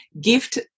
gift